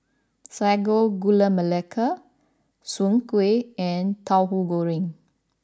Sago Gula Melaka Soon Kway and Tauhu Goreng